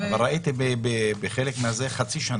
אבל ראיתי חצי שנה.